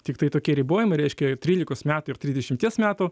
tiktai tokie ribojimai reiškia trylikos metų ir trisdešimties metų